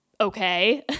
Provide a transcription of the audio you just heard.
okay